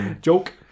Joke